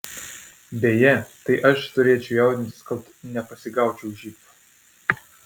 beje tai aš turėčiau jaudintis kad nepasigaučiau živ